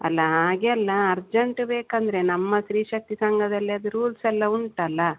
ಅಲ್ಲ ಹಾಗೆ ಅಲ್ಲ ಅರ್ಜೆಂಟ್ ಬೇಕಂದರೆ ನಮ್ಮ ಸ್ತ್ರೀಶಕ್ತಿ ಸಂಘದಲ್ಲಿ ಅದು ರೂಲ್ಸೆಲ್ಲ ಉಂಟಲ್ಲ